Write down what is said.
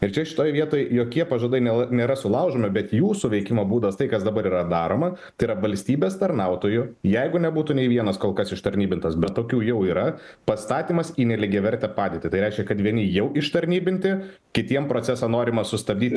ir čia šitoj vietoj jokie pažadai nėla nėra sulaužomi bet jūsų veikimo būdas tai kas dabar yra daroma tai yra valstybės tarnautojų jeigu nebūtų nei vienas kol kas ištarnybintas bet tokių jau yra pastatymas į nelygiavertę padėtį tai reiškia kad vieni jau ištarnybinti kitiem procesą norima sustabdyti